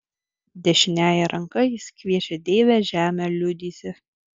dešiniąja ranka jis kviečia deivę žemę liudyti